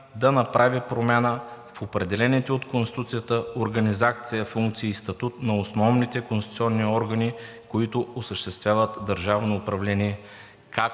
да направи промяна в определените от Конституцията организация, функции и статут на основните конституционни органи, които осъществяват държавно управление,